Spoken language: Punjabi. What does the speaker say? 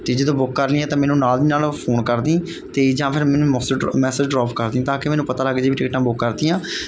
ਅਤੇ ਜਦੋਂ ਬੁੱਕ ਕਰ ਲਈਏ ਤਾਂ ਮੈਨੂੰ ਨਾਲ ਦੀ ਨਾਲ ਫੋਨ ਕਰਦੀ ਤੇ ਜਾਂ ਫਿਰ ਮੈਨੂੰ ਮੈਸੇਜ ਡਰੋਪ ਮੈਸੇਜ ਡਰੋਪ ਕਰ ਦੀ ਤਾਂ ਕਿ ਮੈਨੂੰ ਪਤਾ ਲੱਗ ਜੇ ਵੀ ਟਿਕਟਾਂ ਬੁਕ ਕਰ ਤੀਆਂ